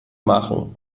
machen